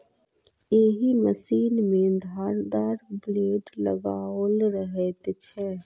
एहि मशीन मे धारदार ब्लेड लगाओल रहैत छै